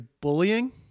bullying